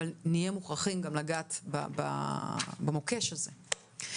אבל נהיה מוכרחים גם לגעת במוקש הזה.